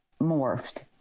morphed